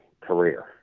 career